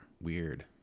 Weird